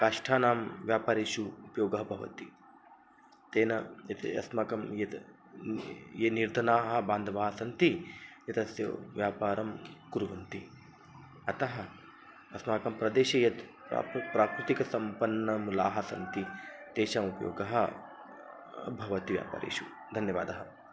काष्ठानां व्यापारेषु उपयोगः भवति तेन यत् अस्माकं यत् ये निर्धनाः बान्धवाः सन्ति एतस्य व्यापारं कुर्वन्ति अतः अस्माकं प्रदेशे यत् प्राकृतिकसम्पन्मूलाः सन्ति तेषाम् उपयोगः भवति व्यापारेषु धन्यवादः